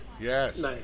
Yes